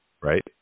right